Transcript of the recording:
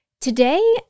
Today